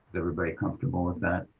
everybody comfortable with that?